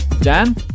Dan